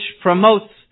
promotes